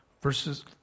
Verses